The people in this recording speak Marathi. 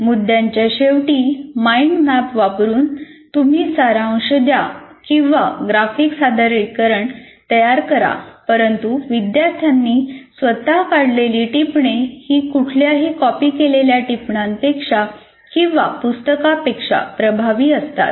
मुद्द्याच्या शेवटी माईंड मॅप वापरून तुम्ही सारांश द्या किंवा ग्राफिक सादरीकरण तयार करा परंतु विद्यार्थ्यांनी स्वतः काढलेली टिपणे ही कुठल्याही कॉपी केलेल्या टीपणांपेक्षा किंवा पुस्तकांपेक्षा प्रभावी असतात